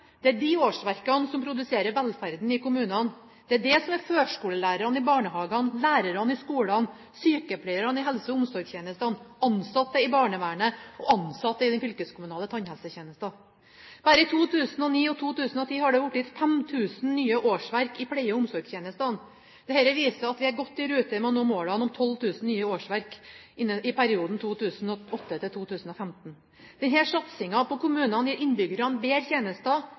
Det er de årsverkene som produserer velferden i kommunene. Det er det som er førskolelærerne i barnehagene, lærerne i skolene, sykepleierne i helse- og omsorgstjenesten, ansatte i barnevernet og ansatte i den fylkeskommunale tannhelsetjenesten. Bare i 2009 og 2010 har det blitt 5 000 nye årsverk i pleie- og omsorgstjenesten. Dette viser at vi er godt i rute med å nå målet om 12 000 nye årsverk i perioden 2008–2015. Denne satsingen i kommunene gir innbyggerne bedre tjenester